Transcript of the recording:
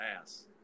ass